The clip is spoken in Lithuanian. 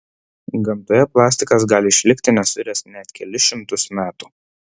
gamtoje plastikas gali išlikti nesuiręs net kelis šimtus metų